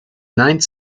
ninth